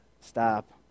stop